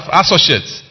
associates